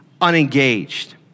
unengaged